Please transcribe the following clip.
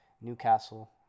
Newcastle